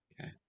okay